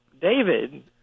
David